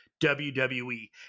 WWE